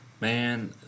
Man